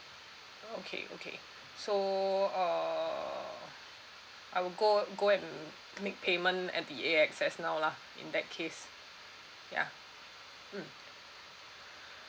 okay okay so uh I will go go and make payment at the A_X_S now lah in that case ya